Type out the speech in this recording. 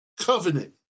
covenant